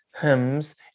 hymns